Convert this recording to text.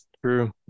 True